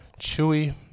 Chewy